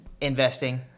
investing